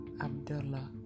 Abdullah